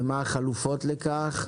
ומה החלופות לכך?